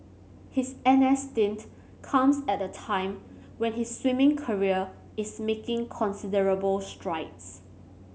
his N S stint comes at a time when his swimming career is making considerable strides